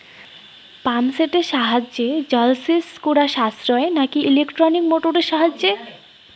Pump সেটের সাহায্যে জলসেচ করা সাশ্রয় নাকি ইলেকট্রনিক মোটরের সাহায্যে?